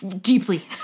Deeply